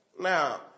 Now